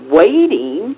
waiting